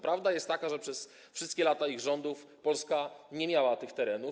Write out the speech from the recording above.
Prawda jest taka, że przez wszystkie lata ich rządów Polska nie miała tych terenów.